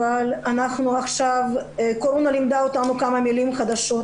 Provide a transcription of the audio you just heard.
אבל הקורונה לימדה אותנו כמה מילים חדשות.